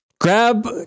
Grab